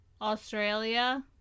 Australia